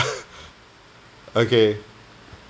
okay